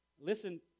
Listen